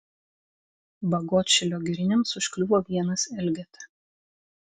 bagotšilio giriniams užkliuvo vienas elgeta